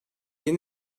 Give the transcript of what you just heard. yeni